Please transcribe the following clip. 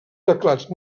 teclats